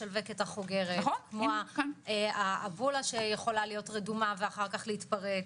כמו- -- כמו שיכולה להיות רדומה ואחר כך להתפרץ,